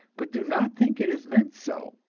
but do not think it is meant so.